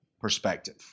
perspective